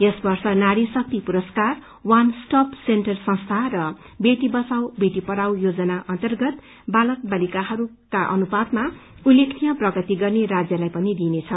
यस वर्ष नारी शक्ति पुरस्कार वान स्टप सेन्टर संस्था औ बेटी बचाओ बेटी पढ़ाओ योजना अन्तर्गत बालक बालिकाहरूका अनुपातमा उल्लेखनीय प्रगति गर्ने राज्यलाई पनि दिइनेछ